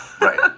Right